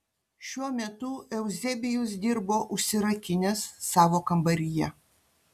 šiuo metu euzebijus dirbo užsirakinęs savo kambaryje